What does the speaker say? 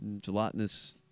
gelatinous